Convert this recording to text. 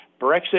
Brexit